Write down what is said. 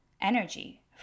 energy